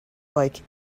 like